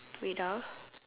wait ah